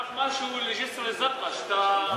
קח משהו לג'סר-א-זרקא, שאתה נורא רוצה לעזור לה.